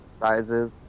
sizes